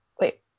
wait